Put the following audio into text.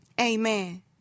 Amen